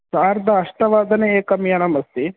सार्ध अष्टवादने एकं यानम् अस्ति